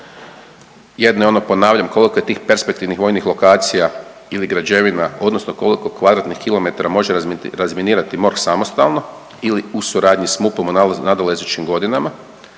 Jedno ono ponavljam koliko je tih perspektivnih vojnih lokacija ili građevina odnosno koliko kvadratnih kilometara može razminirati MORH samostalno ili u suradnji s MUP-om u nadolazećim godinama,